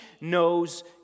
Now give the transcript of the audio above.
knows